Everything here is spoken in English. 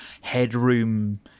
headroom